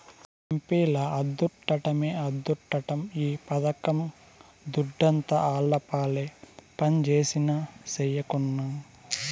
ఎంపీల అద్దుట్టమే అద్దుట్టం ఈ పథకం దుడ్డంతా ఆళ్లపాలే పంజేసినా, సెయ్యకున్నా